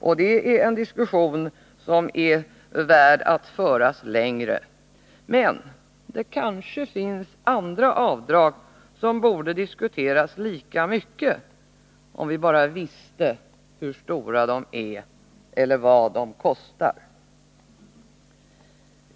Och det är en diskussion som är värd att föras längre. Men det kanske finns andra avdrag som borde diskuteras lika mycket, om vi bara visste hur stora de är eller vad de kostar.